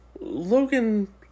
Logan